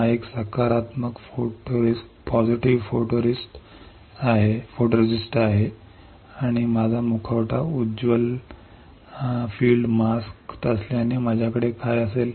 हा एक सकारात्मक फोटोरिस्ट आहे आणि माझा मुखवटा उज्ज्वल फील्ड मास्क असल्याने माझ्याकडे काय असेल